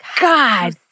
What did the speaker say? god